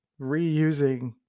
reusing